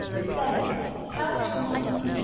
say how is your mussel?